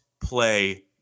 play